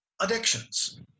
addictions